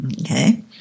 Okay